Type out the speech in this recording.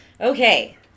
Okay